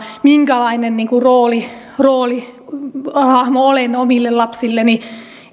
minkälainen roolihahmo olen omille lapsilleni